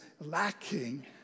lacking